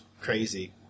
crazy